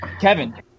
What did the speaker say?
Kevin